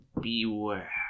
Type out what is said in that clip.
Beware